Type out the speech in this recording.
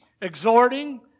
exhorting